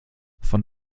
von